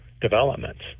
developments